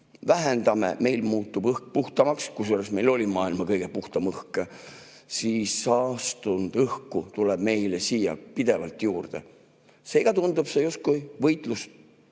vähendame, siis meil muutub õhk puhtamaks – kusjuures meil oli maailma kõige puhtam õhk –, aga saastunud õhku tuleb siia pidevalt juurde. Seega tundub see justkui võitlus